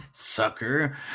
sucker